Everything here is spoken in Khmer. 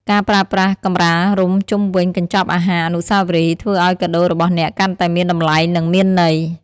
ការប្រើប្រាស់ក្រមារុំជុំវិញកញ្ចប់អាហារអនុស្សាវរីយ៍ ធ្វើឱ្យកាដូរបស់អ្នកកាន់តែមានតម្លៃ និងមានន័យ។